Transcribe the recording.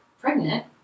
pregnant